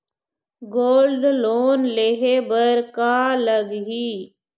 Gold loan लेहे बर का लगही?